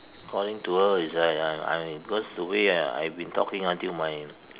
according to her is I I I cause the way I I've been talking until my